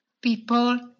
people